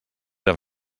han